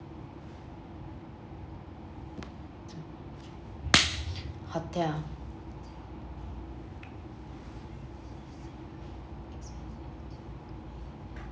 hotel